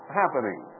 happening